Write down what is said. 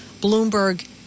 bloomberg